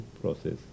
process